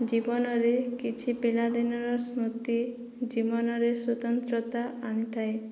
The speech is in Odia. ଜୀବନରେ କିଛି ପିଲାଦିନର ସ୍ମୃତି ଜୀବନରେ ସ୍ଵତନ୍ତ୍ରତା ଆଣିଥାଏ